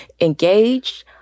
engaged